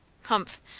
humph!